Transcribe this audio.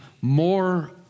more